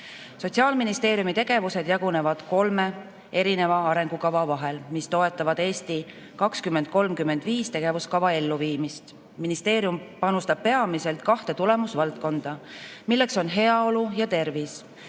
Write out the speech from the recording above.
elukeskkond. Sotsiaalministeeriumi tegevused jagunevad kolme erineva arengukava vahel, mis toetavad "Eesti 2035" tegevuskava elluviimist. Ministeerium panustab peamiselt kahte tulemusvaldkonda, milleks on heaolu ja tervis.